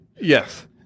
Yes